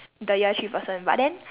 the year three person but then